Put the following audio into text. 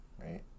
right